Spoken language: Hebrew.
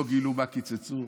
לא גילו מה קיצצו.